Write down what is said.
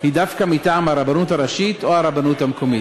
היא דווקא מטעם הרבנות הראשית או הרבנות המקומית.